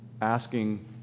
asking